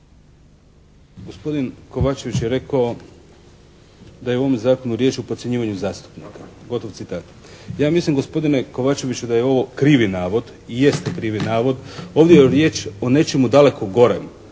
Gospodin Kovačević je rekao: "da je u ovom zakonu riječ o podcjenjivanju zastupnika" gotov citat. Ja mislim gospodine Kovačeviću da je ovo krivi navod i jeste krivi navod. Ovdje je riječ o nečemu daleko gorem.